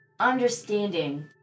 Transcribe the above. understanding